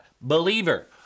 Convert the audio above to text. believer